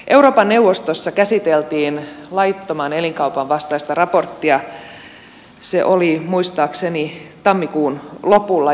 euroopan neuvostossa käsiteltiin laittoman elinkaupan vastaista raporttia se oli muistaakseni tammikuun lopulla